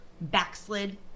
backslid